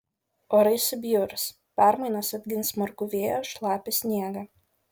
orai subjurs permainos atgins smarkų vėją šlapią sniegą